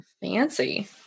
Fancy